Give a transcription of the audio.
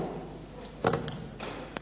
Hvala